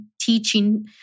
teaching